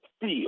feel